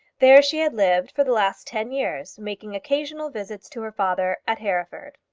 there she had lived for the last ten years, making occasional visits to her father at hereford.